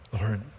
Lord